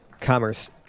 commerce